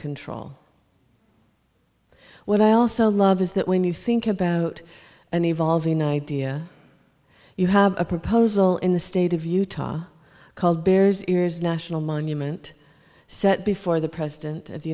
control what i also love is that when you think about an evolving idea you have a proposal in the state of utah called bears areas national monument set before the president of the